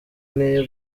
nteye